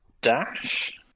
dash